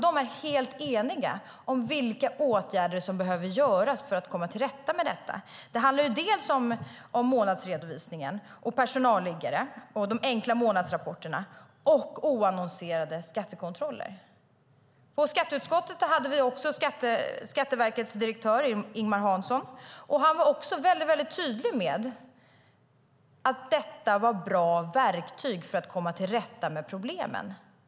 De är helt eniga om vilka åtgärder som behöver vidtas för att man ska komma till rätta med problemet. Det handlar om månadsredovisning, personalliggare, enkla månadsrapporter och oannonserade skattekontroller. Skatteverkets direktör Ingemar Hansson har besökt skatteutskottet. Han var också tydlig med att detta var ett bra verktyg för att komma till rätta med problemen.